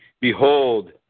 Behold